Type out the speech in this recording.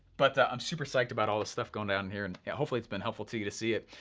but i'm super psyched about all this stuff going down here and yeah hopefully it's been helpful to you to see it.